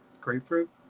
grapefruit